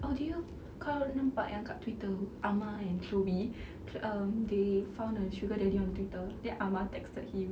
oh do you kau nampak yang kat twitter amar and chloe um they found a sugar daddy on twitter then amar texted him